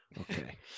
Okay